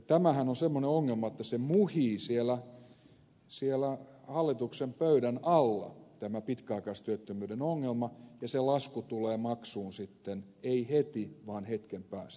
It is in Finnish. tämähän on semmoinen ongelma että tämä pitkäaikaistyöttömyyden ongelma muhii siellä hallituksen pöydän alla ja se lasku tulee maksuun sitten ei heti vaan hetken päästä